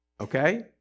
Okay